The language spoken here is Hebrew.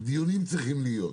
דיונים צריכים להיות,